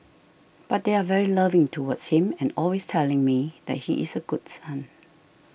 but they are very loving towards him and always telling me that he is a good son